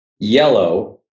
Yellow